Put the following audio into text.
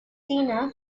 tina